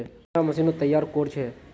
कुंडा मशीनोत तैयार कोर छै?